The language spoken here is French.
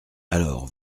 alors